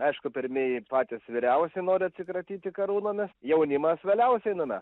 aišku pirmieji patys vyriausi nori atsikratyti karūnomis jaunimas vėliausiai numes